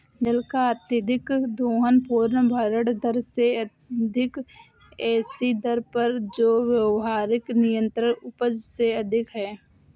जल का अत्यधिक दोहन पुनर्भरण दर से अधिक ऐसी दर पर जो व्यावहारिक निरंतर उपज से अधिक है